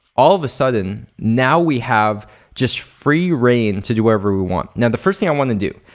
all of a sudden now we have just free reign to do whatever we want. now the first thing i wanna do,